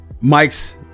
mike's